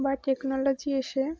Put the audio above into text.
বা টেকনোলজি এসে